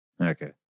Okay